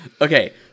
Okay